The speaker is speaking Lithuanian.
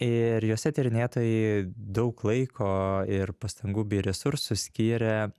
ir juose tyrinėtojai daug laiko ir pastangų bei resursų skyrė